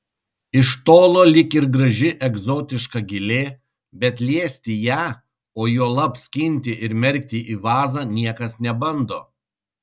iš tolo lyg ir graži egzotiška gėlė bet liesti ją o juolab skinti ir merkti į vazą niekas nebando